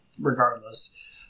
regardless